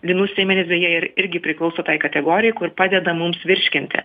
linų sėmenys beje ir irgi priklauso tai kategorijai kur padeda mums virškinti